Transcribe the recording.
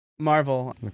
Marvel